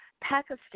Pakistan